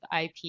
IP